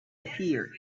appeared